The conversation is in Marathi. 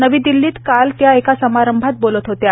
नवी दिल्लीत काल त्या एका समारंभात बोलत होत्या